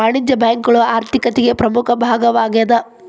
ವಾಣಿಜ್ಯ ಬ್ಯಾಂಕುಗಳು ಆರ್ಥಿಕತಿಗೆ ಪ್ರಮುಖ ಭಾಗವಾಗೇದ